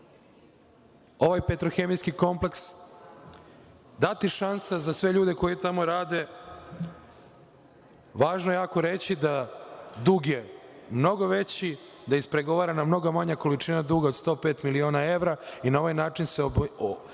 ovaj petrohemijski kompleks, dati šansa za sve ljude koji tamo rade. Važno je jako reći da dug je mnogo veći, da je ispregovarana mnogo manja količina duga od 105 miliona evra i na ovaj način se stvara